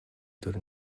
төр